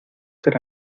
ser